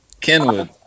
Kenwood